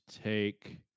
take